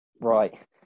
Right